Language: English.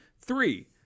Three